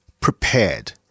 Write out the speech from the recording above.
prepared